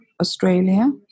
Australia